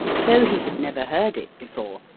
though he had never heard it before,